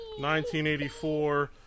1984